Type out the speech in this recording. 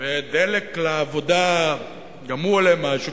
ודלק לעבודה גם הוא עולה משהו,